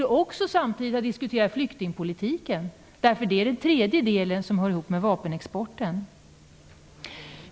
Vi borde samtidigt också ha diskuterat flyktingpolitiken - den hör också ihop med vapenexporten.